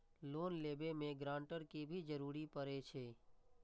Loan लेबे में grantor के भी जरूरी परे छै?